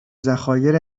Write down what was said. ذخایر